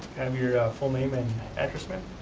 have your full name and address, ma'am.